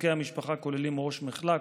מחלקי המשפחה כוללים ראש מחלק,